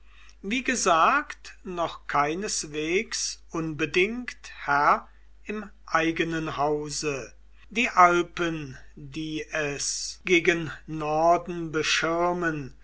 wie gesagt noch keineswegs unbedingt herr im eigenen hause die alpen die es gegen norden beschirmen